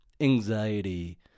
Anxiety